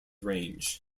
range